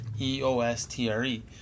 E-O-S-T-R-E